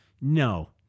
No